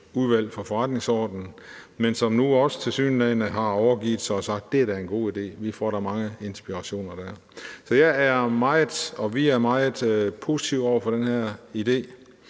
Udvalget for Forretningsordenen, men som tilsyneladende nu også har overgivet sig og sagt: Det er da en god idé, vi får da mange inspirationer dér. Så vi er meget positive over for den her idé.